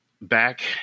Back